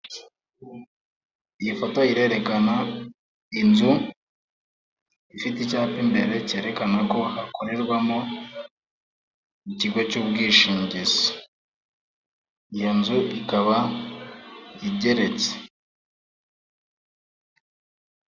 Iyi foto irerekana inzu ifite icyapa imbere cyerekana ko hakorerwamo ikigo cy'ubwishingizi, iyi nzu ikaba igeretse.